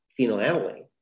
phenylalanine